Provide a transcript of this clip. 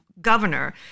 governor